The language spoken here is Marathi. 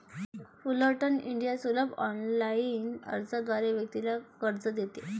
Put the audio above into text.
फुलरटन इंडिया सुलभ ऑनलाइन अर्जाद्वारे व्यक्तीला कर्ज देते